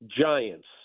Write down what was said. Giants